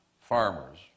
farmers